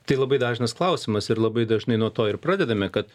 tai labai dažnas klausimas ir labai dažnai nuo to ir pradedame kad